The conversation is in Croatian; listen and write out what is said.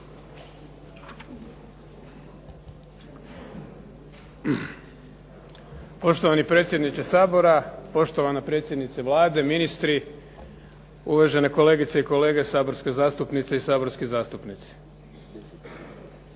Poštovani predsjedniče Sabora, poštovana predsjednice Vlade, ministri, uvažene kolegice i kolege saborske zastupnice i saborski zastupnici.